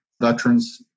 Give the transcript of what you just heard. veterans